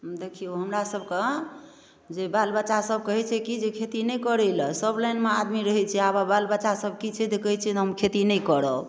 देखिऔ हमरासब कऽ जे बालबच्चा सब कहैत छै कि जे खेती नहि करै लए सब लाइनमे आदमी रहैत छै आब बालबच्चा सब कि छै तऽ कहैत छै हम खेती नहि करब